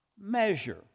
measure